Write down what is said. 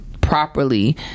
properly